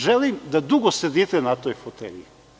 Želim da dugo sedite na toj fotelji.